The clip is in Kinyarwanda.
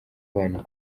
abantu